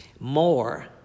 more